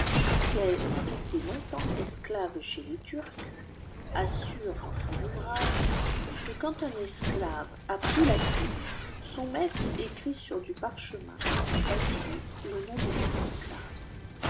été longtemps esclave chez les turcs assure dans son ouvrage que quand un esclave a pris la ftiîte son maître écrit sur du parchemin ou du papier le nom de cet esclave